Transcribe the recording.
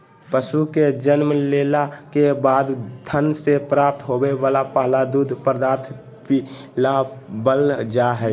पशु के जन्म लेला के बाद थन से प्राप्त होवे वला पहला दूध पदार्थ पिलावल जा हई